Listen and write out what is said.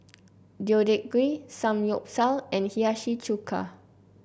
Deodeok Gui Samgyeopsal and Hiyashi Chuka